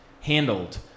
handled